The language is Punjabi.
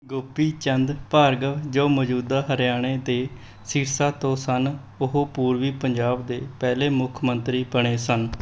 ਗੋਪੀ ਚੰਦ ਭਾਰਗਵ ਜੋ ਮੌਜੂਦਾ ਹਰਿਆਣੇ ਦੇ ਸਿਰਸਾ ਤੋਂ ਸਨ ਉਹ ਪੂਰਬੀ ਪੰਜਾਬ ਦੇ ਪਹਿਲੇ ਮੁੱਖ ਮੰਤਰੀ ਬਣੇ ਸਨ